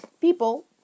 People